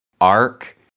arc